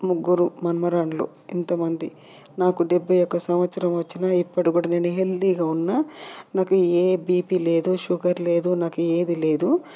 ముగ్గురు మనుమరాళ్ళు ఇంతమంది నాకు డెబ్బై ఒక సంవత్సరం వచ్చిన ఇప్పటికీ కూడా నేను హెల్తీగా ఉన్నా నాకు ఏ బీపీ లేదు షుగర్ లేదు నాకు ఏది లేదు